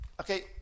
okay